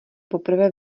poprvé